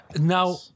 now